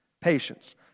patience